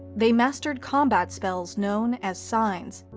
they mastered combat spells known as signs,